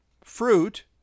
fruit